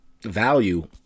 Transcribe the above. value